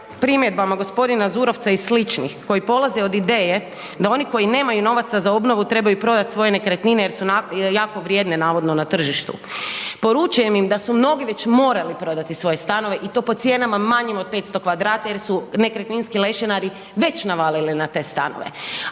primjedbama g. Zurovca i sličnih koji polaze od ideje da oni koji nemaju novaca za obnovu trebaju prodat svoje nekretnine jer su jako vrijedne navodno na tržištu. Poručujem im da su mnogi već morali prodati svoje stanove i to po cijenama manjim od 500 m2 jer su nekretninski lešinari već navalili na te stanove.